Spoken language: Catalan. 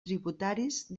tributaris